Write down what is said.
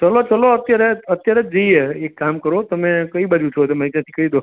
ચલો ચલો અત્યારે અત્યારે જ જઈએ એક કામ કરો તમે કઈ બાજુ છો તમે એ કઈ દો